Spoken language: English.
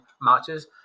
matches